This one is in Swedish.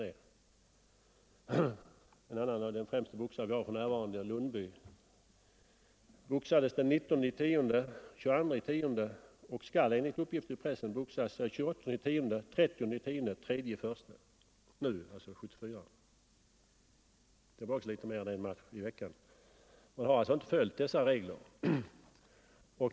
Den främste boxaren vi har för närvarande, Lundby, boxades den 19 och 22 oktober och skall enligt uppgift i pressen boxas den 28 och 30 oktober samt den 3 november. Det var också litet mer än en match i veckan. Man har alltså inte följt dessa regler.